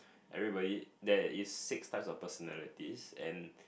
everybody there is six types of personalities and